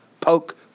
poke